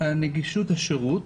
נגישות השירות.